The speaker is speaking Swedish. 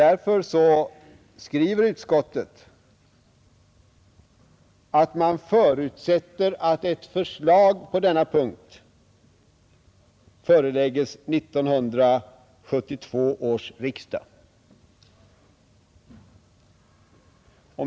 Därför skriver utskottet att utskottet förutsätter att ett förslag på denna punkt förelägges 1972 års riksdag.